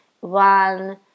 one